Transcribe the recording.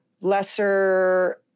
lesser